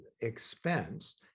expense